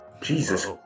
Jesus